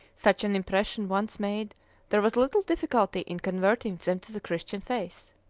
such an impression once made there was little difficulty in converting them to the christian faith.